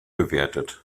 bewertet